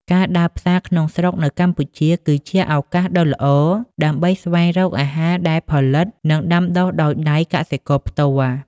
ការដើរផ្សារក្នុងស្រុកនៅកម្ពុជាគឺជាឱកាសដ៏ល្អដើម្បីស្វែងរកអាហារដែលផលិត និងដាំដុះដោយដៃកសិករផ្ទាល់។